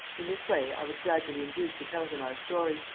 in this way, i was gradually induced to tell him our story,